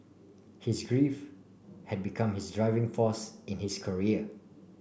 his grief had become his driving force in his career